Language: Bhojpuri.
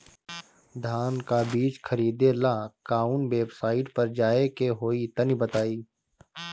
धान का बीज खरीदे ला काउन वेबसाइट पर जाए के होई तनि बताई?